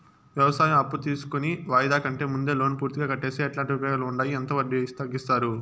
వ్యవసాయం అప్పు తీసుకొని వాయిదా కంటే ముందే లోను పూర్తిగా కట్టేస్తే ఎట్లాంటి ఉపయోగాలు ఉండాయి? ఎంత వడ్డీ తగ్గిస్తారు?